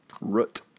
Root